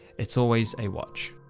it's always a watch.